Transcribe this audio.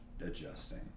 adjusting